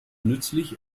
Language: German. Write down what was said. nützlich